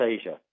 Asia